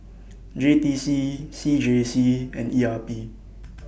J T C C J C and E R P